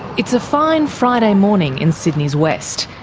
it's a fine friday morning in sydney's west,